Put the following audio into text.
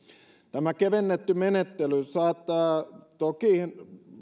tämä kevennetty menettely saattaa toki